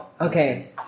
Okay